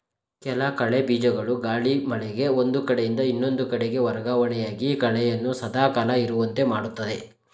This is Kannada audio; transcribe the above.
ಕೆಲ ಕಳೆ ಬೀಜಗಳು ಗಾಳಿ, ಮಳೆಗೆ ಒಂದು ಕಡೆಯಿಂದ ಇನ್ನೊಂದು ಕಡೆಗೆ ವರ್ಗವಣೆಯಾಗಿ ಕಳೆಯನ್ನು ಸದಾ ಕಾಲ ಇರುವಂತೆ ಮಾಡುತ್ತದೆ